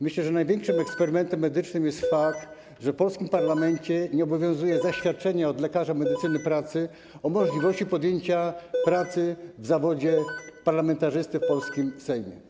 Myślę, że największym eksperymentem medycznym jest fakt, że w polskim parlamencie nie obowiązuje zaświadczenie od lekarza medycy pracy o możliwości podjęcia pracy w zawodzie parlamentarzysty w polskim Sejmie.